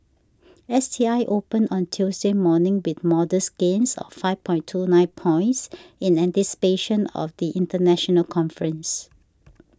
S T I opened on Tuesday morning with modest gains of five point two nine points in anticipation of the international conference